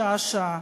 שעה-שעה,